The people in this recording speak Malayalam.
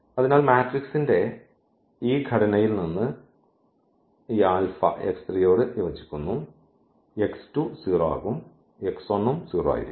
അതിനാൽ മാട്രിക്സിന്റെ ഈ ഘടനയിൽ നിന്ന് ഈ ആൽഫ നോട് യോജിക്കുന്നു ഈ 0 ആകും ഉം 0 ആയിരിക്കും